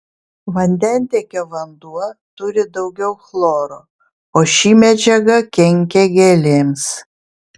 vandentiekio vanduo turi daugiau chloro o ši medžiaga kenkia gėlėms